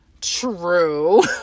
true